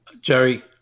Jerry